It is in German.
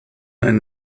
ein